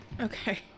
Okay